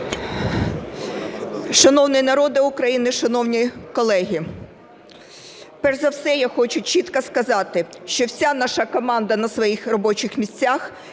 Шановний народе України, шановні колеги! Перш за все я хочу чітко сказати, що вся наша команда на своїх робочих місцях,